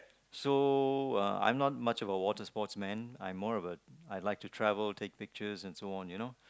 so uh I'm not much of a water sportsman I'm more of a I like to travel take pictures and so on you know